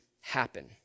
happen